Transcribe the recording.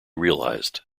realised